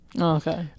Okay